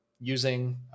using